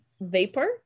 vapor